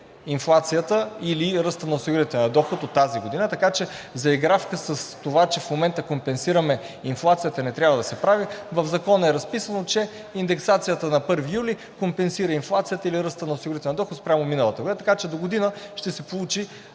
инфлацията или ръстът на осигурителния доход от тази година. Така че заигравка с това, че в момента компенсираме инфлацията, не трябва да се прави. В Закона е разписано, че индексацията на 1 юли компенсира инфлацията или ръста на осигурителния доход спрямо миналата година. Така че догодина ще се получи